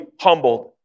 humbled